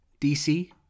DC